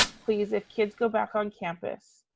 please, if kids go back on campus,